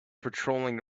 patrolling